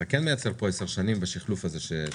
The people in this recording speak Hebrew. אתה כן מייצר פה 10 שנים בשחלוף הזה שהצענו.